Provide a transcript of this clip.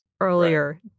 earlier